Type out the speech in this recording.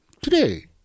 today